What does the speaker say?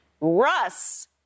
Russ